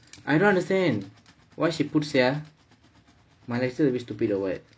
I don't understand why she put sia my lecturer a bit stupid or what